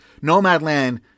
Nomadland